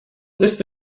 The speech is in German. ist